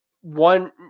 one